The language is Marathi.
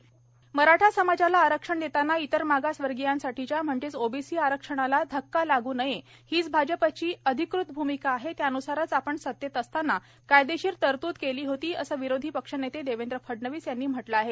ओबीसी आरक्षण मराठा समाजाला आरक्षण देताना इतर मागास वर्गीयांसाठीच्या म्हणजेच ओबीसी आरक्षणाला धक्का लाग् नये हीच भाजपची अधिकृत भूमिका आहे त्यानुसारच आपण सतेत असताना कायदेशीर तरतूद केली होती असं विरोधी पक्षनेते देवेंद्र फडणवीस यांनी म्हटलं आहे